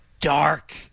dark